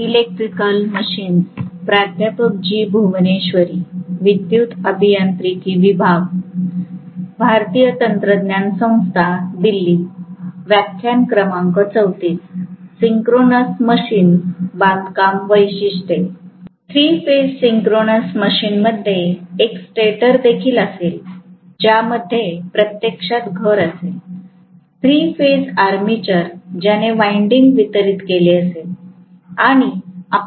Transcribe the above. three phase synchronous मशीनमध्ये एक stator देखील असेल ज्यामध्ये प्रत्यक्षात घर असेल थ्री फेज आर्मेचर ज्याने वाईन्डिन्ग वितरित केले असेल